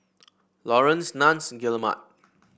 Laurence Nunns Guillemard